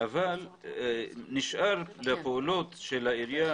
אבל נשאר לפעולות של העירייה,